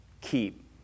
keep